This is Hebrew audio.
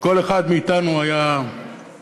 שכל אחד מאתנו היה במקומו.